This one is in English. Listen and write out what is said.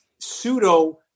pseudo